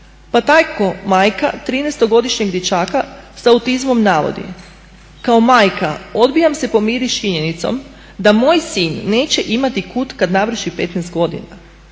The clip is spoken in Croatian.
Pa tako majka 13-godišnjeg dječaka sa autizmom navodi: "Kao majka odbijam se pomiriti s činjenicom da moj sin neće imati kud kad navrši 15 godina.